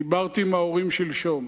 דיברתי עם ההורים שלשום,